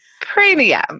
Premium